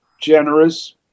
generous